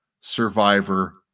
Survivor